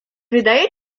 wydaje